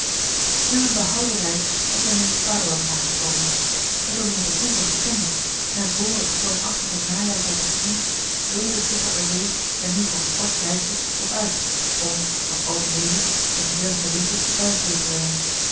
na een behouden reis was men in het vaderland aangekomen het was in het begin van september en vr het stormachtige najaar zou beginnen wilde de schipper er weer en nu voor een kort reisje op uit om als alles meeliep den gezelligen winter thuis door te brengen